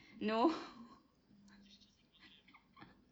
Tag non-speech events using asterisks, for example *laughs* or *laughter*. no *laughs*